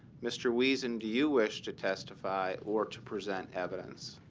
mr. wiesen, do you wish to testify or to present evidence?